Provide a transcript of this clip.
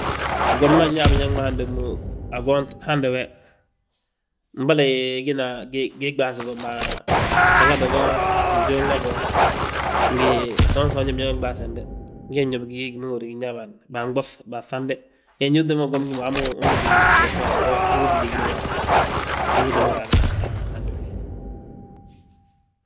Gwom ma nñaa biñaŋ ma hando mo, agont hando we. Mbolo gina gii ɓaas go, mbaa ghatata go, njunga go, ngi gsoon gsoonj biñaŋ ɓaas bembe. Gee gñób gi, gi ma húrin yaa gin ñaaban, baa nɓoff, baa fambe, ge ndu gwom gima waamu ugiti nesba agont, ugiti ligíri waamu, ungiti wi ma raanan a wentele wiindi ma.